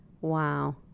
Wow